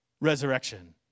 resurrection